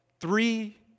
three